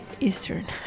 Eastern